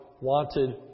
wanted